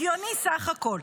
הגיוני סך הכול.